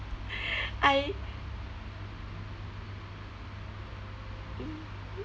I